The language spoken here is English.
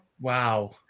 Wow